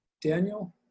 Daniel